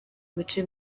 bice